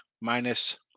minus